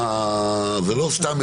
שזה לא סתם,